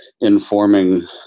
informing